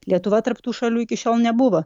lietuva tarp tų šalių iki šiol nebuvo